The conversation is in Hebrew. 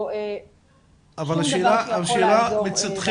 לא שום דבר שיכול לעזור בנושא הזה.